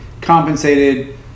compensated